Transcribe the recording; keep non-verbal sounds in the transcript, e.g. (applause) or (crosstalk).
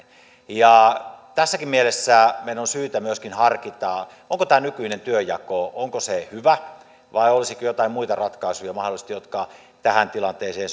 tässäkin mielessä meidän on syytä myöskin harkita onko tämä nykyinen työnjako hyvä vai olisiko mahdollisesti joitain muita ratkaisuja jotka tähän tilanteeseen (unintelligible)